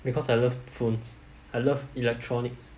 because I love phones I love electronics